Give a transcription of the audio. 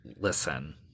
listen